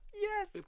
yes